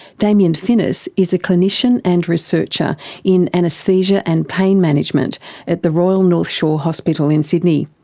damien finniss is a clinician and researcher in anaesthesia and pain management at the royal north shore hospital in sydney.